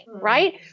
right